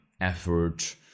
effort